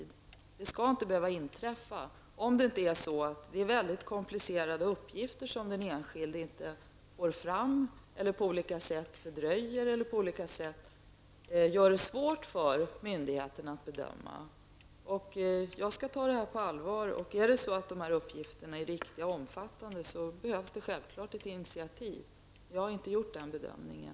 Det skall inte behöva inträffa om det inte är fråga om väldigt komplicerade uppgifter, som den enskilde inte får fram, på olika sätt fördröjer eller gör det svårt för myndigheterna att bedöma. Jag skall ta detta på allvar. Om dessa uppgifter är riktiga och problemet är omfattande, så behövs det självfallet ett initiativ. Men jag har inte gjort den bedömningen.